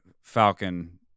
Falcon